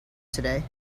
today